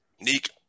Neek